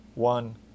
One